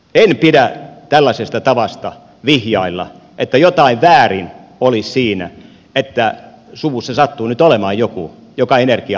en pidä tällaisesta tavasta vihjailla että jotain väärin olisi siinä että suvussa sattuu nyt olemaan joku joka energia alalla on töissä